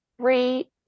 three